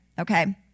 okay